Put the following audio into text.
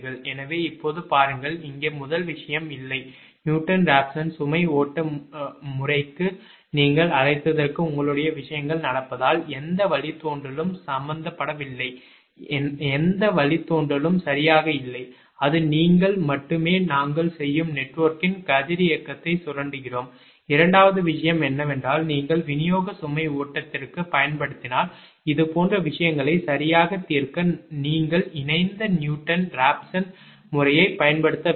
எனவே இப்போது பாருங்கள் இங்கே முதல் விஷயம் இல்லை நியூட்டன் ராஃப்சன் சுமை ஓட்ட முறைக்கு நீங்கள் அழைத்ததற்கு உங்களுடைய விஷயங்கள் நடப்பதால் எந்த வழித்தோன்றலும் சம்பந்தப்படவில்லை எந்த வழித்தோன்றலும் சரியாக இல்லை அது நீங்கள் மட்டுமே நாங்கள் செய்யும் நெட்வொர்க்கின் கதிரியக்கத்தை சுரண்டுகிறோம் இரண்டாவது விஷயம் என்னவென்றால் நீங்கள் விநியோக சுமை ஓட்டத்திற்குப் பயன்படுத்தினால் இதுபோன்ற விஷயங்களைச் சரியாகத் தீர்க்க நீங்கள் இணைந்த நியூட்டன் ராப்சன் முறையைப் பயன்படுத்த வேண்டும்